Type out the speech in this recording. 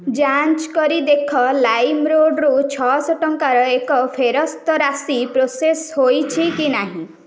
ଯାଞ୍ଚ କରି ଦେଖ ଲାଇମ୍ରୋଡ଼୍ରୁ ଛଅଶହ ଟଙ୍କାର ଏକ ଫେରସ୍ତ ରାଶି ପ୍ରୋସେସ୍ ହୋଇଛି କି ନାହିଁ